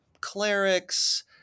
clerics